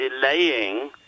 delaying